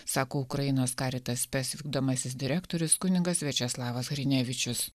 sako ukrainos caritas spes vykdomasis direktorius kunigas viačeslavas hrinevičius